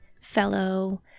fellow